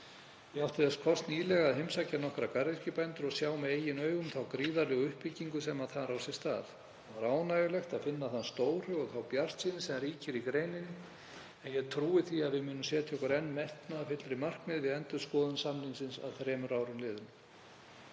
Ég átti þess kost nýlega að heimsækja nokkra garðyrkjubændur og sjá með eigin augum þá gríðarlegu uppbyggingu sem þar á sér stað og er ánægjulegt að finna þann stórhug og þá bjartsýni sem ríkir í greininni. Ég trúi því að við munum setja okkur enn metnaðarfyllri markmið við endurskoðun samningsins að þremur árum liðnum.